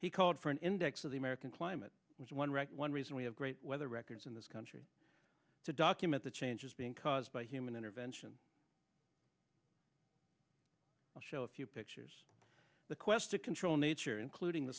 he called for an index of the american climate which one wrecked one reason we have great weather records in this country to document the changes being caused by human intervention show a few pictures the quest to control nature including the